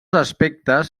aspectes